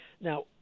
now